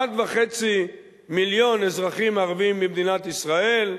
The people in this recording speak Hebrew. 1.5 מיליון אזרחים ערבים במדינת ישראל,